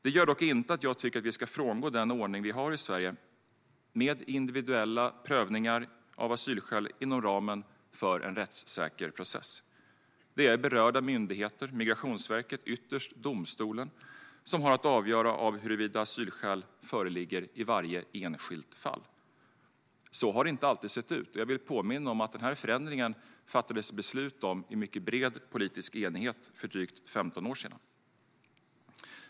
Det gör dock inte att jag tycker att vi ska frångå den ordning vi har i Sverige med individuella prövningar av asylskäl inom ramen för en rättssäker process. Det är berörda myndigheter, ytterst Migrationsverket, och domstolen som har att avgöra huruvida asylskäl föreligger i varje enskilt fall. Så har det inte alltid sett ut. Jag vill påminna om att denna förändring fattades det beslut om i mycket bred politisk enighet för drygt 15 år sedan.